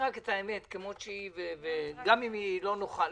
האמת כמות שהיא, גם אם היא לא נוחה.